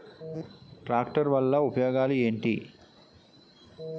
Tractor వల్ల ఉపయోగాలు ఏంటీ?